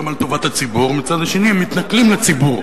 על טובת הציבור ומצד שני הם מתנכלים לציבור.